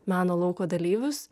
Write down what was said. meno lauko dalyvius